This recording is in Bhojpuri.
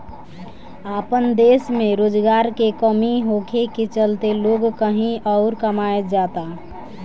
आपन देश में रोजगार के कमी होखे के चलते लोग कही अउर कमाए जाता